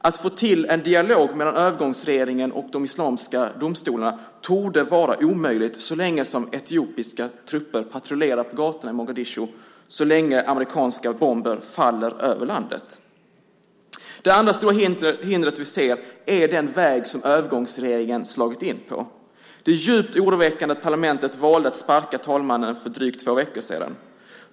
Att få till stånd en dialog mellan övergångsregeringen och de islamiska domstolarna torde vara omöjligt så länge etiopiska trupper patrullerar gatorna i Mogadishu, så länge amerikanska bomber faller över landet. Det andra stora hinder vi ser är den väg som övergångsregeringen slagit in på. Det är djupt oroväckande att parlamentet valde att sparka talmannen för drygt två veckor sedan.